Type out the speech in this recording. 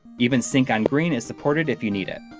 even sync-on-green is supported if you need it.